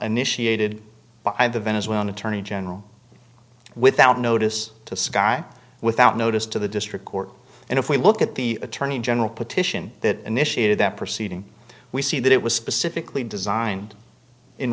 initiated by the venezuelan attorney general without notice to skye without notice to the district court and if we look at the attorney general petition that initiated that proceeding we see that it was specifically designed in